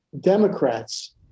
Democrats